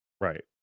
Right